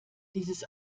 dieses